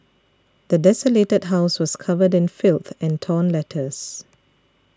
the desolated house was covered filth and torn letters